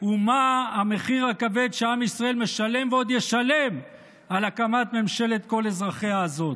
ומה המחיר הכבד שעם ישראל משלם ועוד ישלם על הקמת ממשלת כל אזרחיה הזאת.